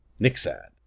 Nixad